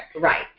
Right